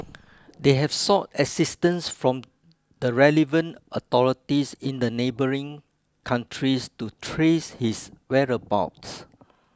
they have sought assistance from the relevant authorities in the neighbouring countries to trace his whereabouts